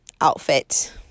outfit